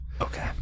Okay